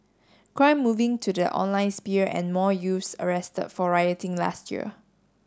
crime moving to the online sphere and more youths arrested for rioting last year